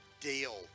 deal